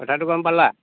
কথাটো গম পালা